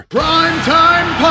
Primetime